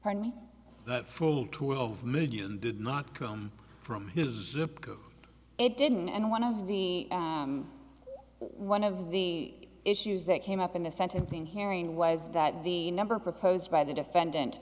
attorney that for a twelve million did not come from it didn't and one of the one of the issues that came up in the sentencing hearing was that the number proposed by the defendant